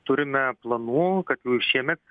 turime planų kad jau ir šiemet